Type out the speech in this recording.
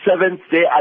Seventh-day